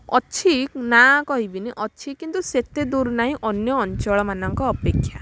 ଅଛି ନାଁ କହିବିନି ଅଛି କିନ୍ତୁ ସେତେ ଦୂର ନାହିଁ ଅନ୍ୟ ଅଞ୍ଚଳମାନଙ୍କ ଅପେକ୍ଷା